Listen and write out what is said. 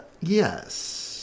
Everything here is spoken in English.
Yes